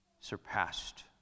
surpassed